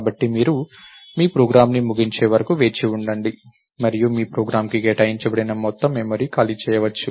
కాబట్టి మీరు మీ ప్రోగ్రామ్ను ముగించే వరకు వేచి ఉండండి మరియు మీ ప్రోగ్రామ్ కి కేటాయించబడిన మొత్తం మెమరీని ఖాళీ చేయవచ్చు